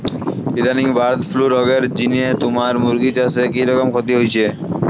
ইদানিং bird flu রগের জিনে তুমার মুরগি চাষে কিরকম ক্ষতি হইচে?